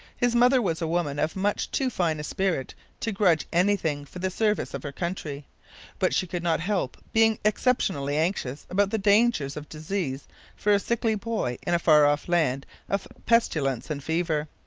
his mother was a woman of much too fine a spirit to grudge anything for the service of her country but she could not help being exceptionally anxious about the dangers of disease for a sickly boy in a far-off land of pestilence and fever.